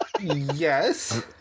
yes